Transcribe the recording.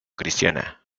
cristiana